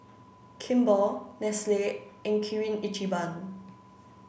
Kimball Nestle and Kirin Ichiban